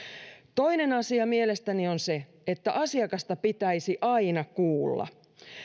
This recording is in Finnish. toinen asia mielestäni on se että asiakasta pitäisi aina kuulla